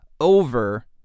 over